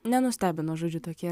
nenustebino žodžiu tokie